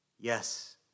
Yes